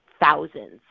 thousands